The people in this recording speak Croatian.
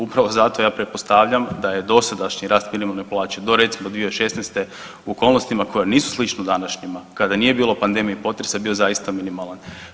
Upravo zato ja pretpostavljam da je dosadašnji rast minimalne plaće do recimo 2016. u okolnostima koje nisu slične današnjima kada nije bilo pandemije i potresa bio zaista minimalan.